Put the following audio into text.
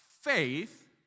faith